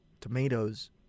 tomatoes